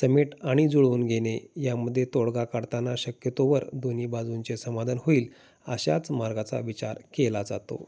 समेट आणि जुळवून घेणे यामध्येे तोडगा काढताना शक्यतोवर दोन्ही बाजूंचे समाधान होईल अशाच मार्गाचा विचार केला जातो